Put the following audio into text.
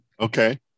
Okay